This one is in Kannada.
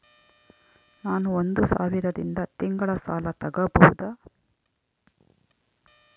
ನಾನು ಒಂದು ಸಾವಿರದಿಂದ ತಿಂಗಳ ಸಾಲ ತಗಬಹುದಾ?